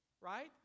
right